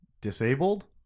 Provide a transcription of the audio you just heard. disabled